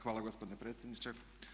Hvala gospodine predsjedniče.